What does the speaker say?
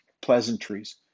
pleasantries